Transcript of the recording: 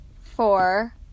Four